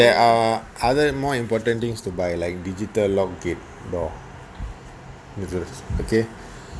there are other more important things to buy like digital lock gate door all those okay